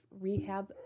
rehab